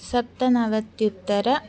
सप्तनवत्युत्तरं